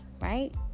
right